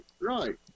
Right